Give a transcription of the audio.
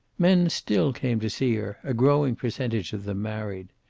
men still came to see her, a growing percentage of them married.